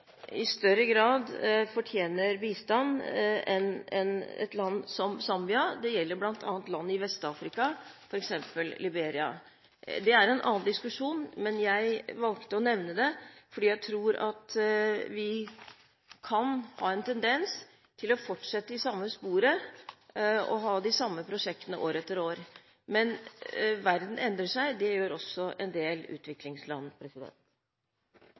i større grad fortjener bistand enn et land som Zambia. Det gjelder bl.a. land i Vest-Afrika, f.eks. Liberia. Det er en annen diskusjon, men jeg valgte å nevne det fordi jeg tror at vi kan ha en tendens til å fortsette i samme sporet og ha de samme prosjektene år etter år. Men verden endrer seg, det gjør også en del utviklingsland.